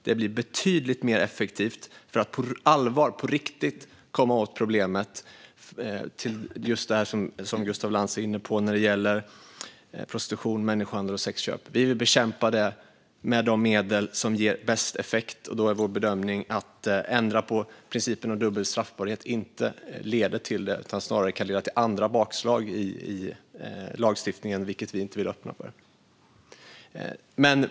Det är betydligt mer effektivt för att på allvar komma åt problemen med prostitution, människohandel och sexköp. Vi vill bekämpa detta med de medel som ger bäst effekt, och då är vår bedömning att en ändring av principen om dubbel straffbarhet inte leder till något gott utan snarare kan ge andra bakslag i lagstiftningen, vilket vi inte vill öppna för.